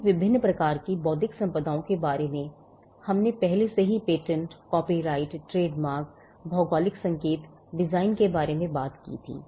सभी विभिन्न प्रकार की बौद्धिक संपदाओं के बारे में हमने पहले से ही पेटेंट कॉपीराइट ट्रेडमार्क भौगोलिक संकेत डिज़ाइन के बारे में बात की थी